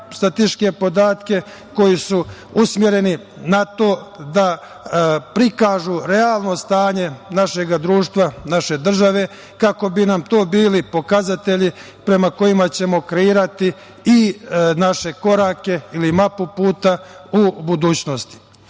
statističke podatke koji su usmereni na to da prikažu realno stanje našeg društva, naše države, kako bi nam to bili pokazatelji prema kojima ćemo kreirati i naše korake, ili mapu puta u budućnosti. Ono